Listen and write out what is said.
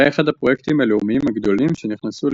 והיה אחד הפרויקטים הלאומיים הגדולים שנכנסו